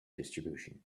distribution